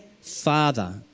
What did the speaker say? father